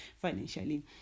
financially